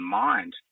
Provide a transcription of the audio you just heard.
mind